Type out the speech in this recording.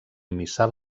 missal